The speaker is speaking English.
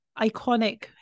iconic